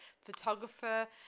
photographer